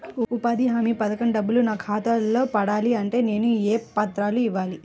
ఉపాధి హామీ పథకం డబ్బులు నా ఖాతాలో పడాలి అంటే నేను ఏ పత్రాలు ఇవ్వాలి?